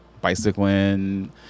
bicycling